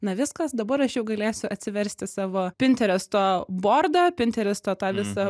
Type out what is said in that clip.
na viskas dabar aš jau galėsiu atsiversti savo pinteresto bordą pinteresto tą visą